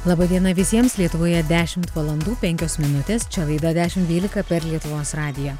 laba diena visiems lietuvoje dešimt valandų penkios minutes čia laida dešimt dvylika per lietuvos radiją